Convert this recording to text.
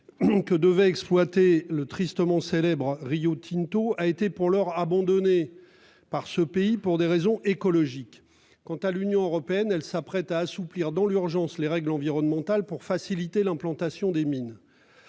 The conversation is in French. Donc devait exploiter le tristement célèbre Rio Tinto a été pour l'heure abandonnés par ce pays pour des raisons écologiques. Quant à l'Union européenne, elle s'apprête à assouplir dans l'urgence les règles environnementales pour faciliter l'implantation des mines.